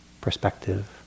perspective